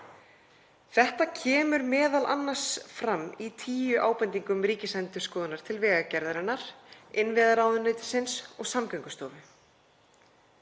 Þetta kemur m.a. fram í tíu ábendingum Ríkisendurskoðunar til Vegagerðarinnar, innviðaráðuneytisins og Samgöngustofu.